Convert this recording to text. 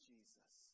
Jesus